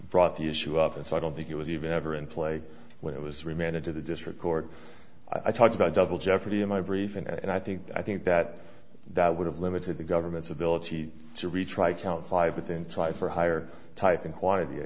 brought the issue up and so i don't think it was even ever in play when it was remanded to the district court i talked about double jeopardy in my brief and i think i think that that would have limited the government's ability to retry count five but then try for a higher type in quantity i